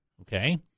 okay